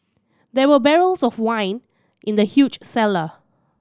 there were barrels of wine in the huge cellar